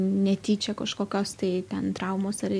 netyčia kažkokios tai ten traumos ar